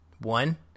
One